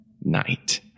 night